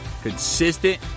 consistent